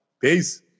Peace